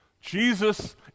Jesus